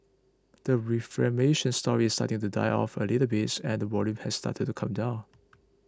the reflect mention story starting to die off a little bit and the volumes have started to come down